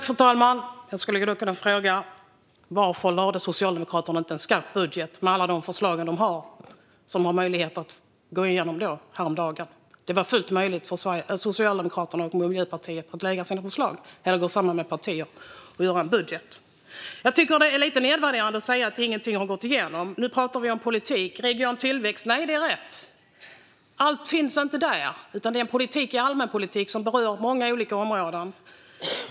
Fru talman! Jag skulle då kunna fråga: Varför lade inte Socialdemokraterna fram en skarp budget med alla de förslag de har som hade möjlighet att gå igenom häromdagen? Det var fullt möjligt för Socialdemokraterna och Miljöpartiet att lägga fram sina förslag eller att gå samman med partier och göra en budget. Jag tycker att det är lite nedvärderande att säga att ingenting har gått igenom. Nu talar vi om politik och regional tillväxt, och nej, det är rätt att allt inte finns där, utan det är en allmän politik som berör många olika områden.